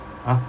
ah